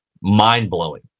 mind-blowing